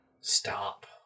Stop